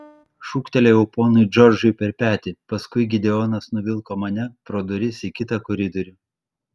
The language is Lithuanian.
šūktelėjau ponui džordžui per petį paskui gideonas nuvilko mane pro duris į kitą koridorių